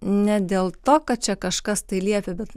ne dėl to kad čia kažkas tai liepė bet